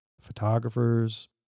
photographers